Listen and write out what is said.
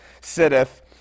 sitteth